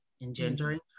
engendering